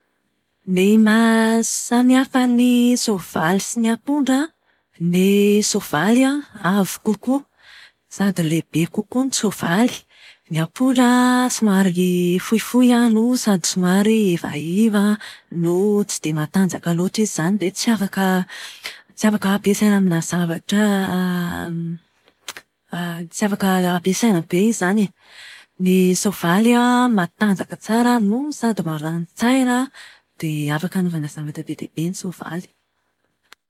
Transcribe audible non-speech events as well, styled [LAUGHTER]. Ny mahasamihafa ny soavaly sy ny apondra an, ny soavaly an, avo kokoa. Sady lehibe kokoa ny soavaly. Ny apondra an, somary fohifohy no sady somary ivaiva no tsy dia matanjaka loatra izy izany dia tsy afaka [HESITATION] tsy afaka ampiasaina amina zavatra [HESITATION] Tsy afaka ampiasaina be izy izany e. Ny soavaly an, matanjaka tsara no sady marani-tsaina dia afaka anaovana zavatra be dia be ny soavaly.